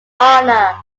anna